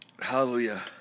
Hallelujah